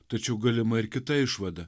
tačiau galima ir kita išvada